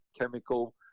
chemical